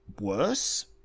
worse